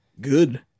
good